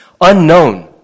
unknown